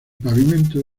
pavimento